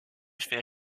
fait